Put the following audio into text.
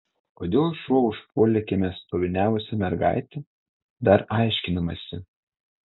kodėl šuo užpuolė kieme stoviniavusią mergaitę dar aiškinamasi